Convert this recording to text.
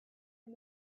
and